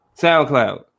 SoundCloud